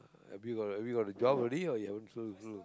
have you got a have you got a job already or you haven't s~